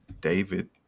David